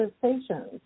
conversations